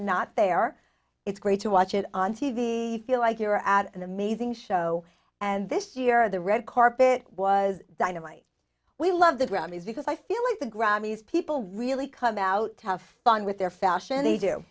not there it's great to watch it on t v feel like you're at an amazing show and this year the red carpet was dynamite we love the grammys because i feel like the grammys people really come out tough fun with their fashion they do